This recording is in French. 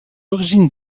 origines